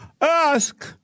ask